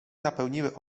napełniły